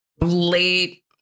late